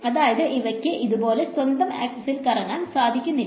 അതായത് ഇവക്ക് ഇതുപോലെ സ്വന്തം ആക്സിസിൽ കറങ്ങാൻ സാധിക്കുന്നില്ല